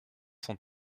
cent